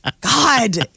God